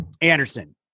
Anderson